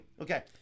okay